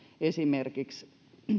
esimerkiksi